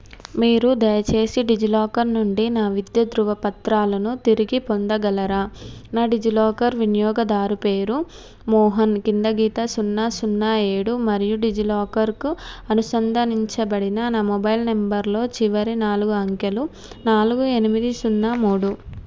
మీరు దయచేసి డిజిలాకర్ నుండి నా విద్యా ధృవపత్రాలను తిరిగి పొందగలరా నా డిజిలాకర్ వినియోగదారు పేరు మోహన్ కిందగీత సున్నా సున్నా ఏడు మరియు డిజిలాకర్కు అనుసంధానించబడిన నా మొబైల్ నెంబర్లో చివరి నాలుగు అంకెలు నాలుగు ఎనిమిది సున్నా మూడు